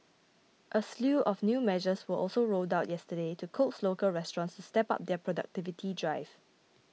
a slew of new measures were also rolled out yesterday to coax local restaurants to step up their productivity drive